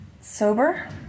sober